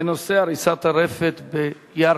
בנושא: הריסת הרפת בירכא.